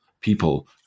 people